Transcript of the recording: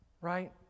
right